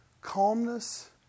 calmness